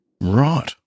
Right